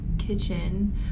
kitchen